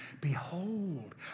behold